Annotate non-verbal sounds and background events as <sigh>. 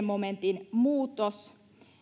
<unintelligible> momentin muutos